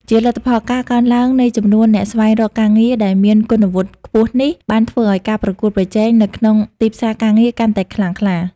ជាលទ្ធផល ការកើនឡើងនៃចំនួនអ្នកស្វែងរកការងារដែលមានគុណវុឌ្ឍិខ្ពស់នេះ បានធ្វើឲ្យការប្រកួតប្រជែងនៅក្នុងទីផ្សារការងារកាន់តែខ្លាំងក្លា។